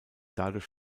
dadurch